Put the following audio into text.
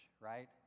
right